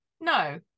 No